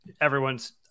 everyone's